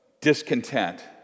discontent